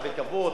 בהרבה כבוד,